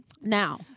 Now